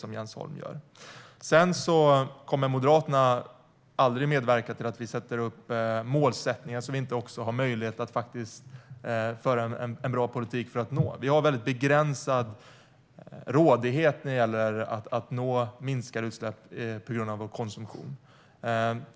Moderaterna kommer aldrig att medverka till målsättningar som vi inte har möjlighet att föra en bra politik för att nå. Vi har väldigt begränsad rådighet när det gäller att nå minskade utsläpp på grund av vår konsumtion.